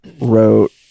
wrote